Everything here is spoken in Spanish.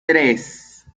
tres